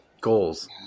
goals